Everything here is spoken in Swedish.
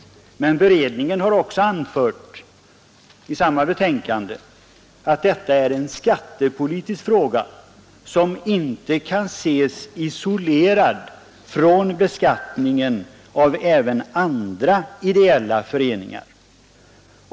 Men beredningen har också anfört i samma betänkande att detta är en skattepolitisk fråga som inte kan ses isolerad från beskattningen av även andra ideella föreningar.